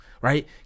right